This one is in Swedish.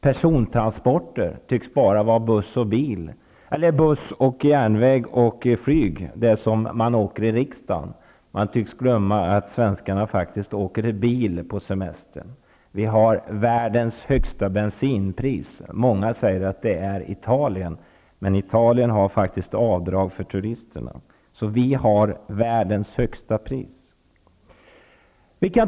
Persontransporter tycks bara vara buss, järnväg och flyg, det som man åker som riksdagsledamot. Man tycks glömma att svenskarna faktiskt åker bil på semestern. Vi har världens högsta bensinpris. Många säger att det är Italien som har det, men Italien har faktiskt avdrag för turisterna. Vi har världens högsta pris på bensin.